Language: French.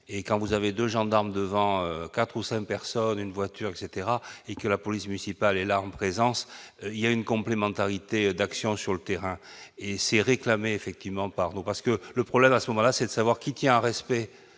et quand vous avez 2 gendarmes devant 4 ou 5 personnes une voiture etc et que la police municipale et là en présence, il y a une complémentarité d'actions sur le terrain et c'est réclamé effectivement, pardon, parce que le problème, à ce moment-là, c'est de savoir qui tient en respect